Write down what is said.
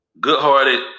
Good-hearted